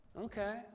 Okay